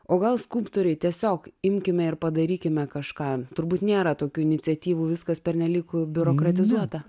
o gal skulptoriai tiesiog imkime ir padarykime kažką turbūt nėra tokių iniciatyvų viskas pernelyg biurokratizuota